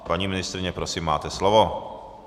Paní ministryně, prosím, máte slovo.